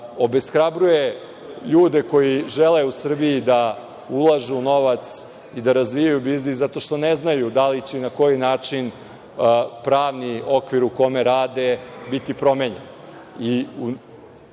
obeshrabruje ljude koji žele u Srbiju da ulažu novac i da razvijaju biznis, zato što ne znaju da li će i na koji način pravni okvir u kome rade biti promenjen.